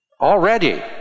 already